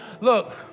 look